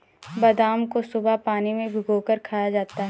बादाम को सुबह पानी में भिगोकर खाया जाता है